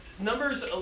Numbers